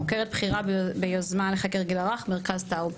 חוקרת בכירה ביוזמה לחקר גיל הרך מרכז טאוב,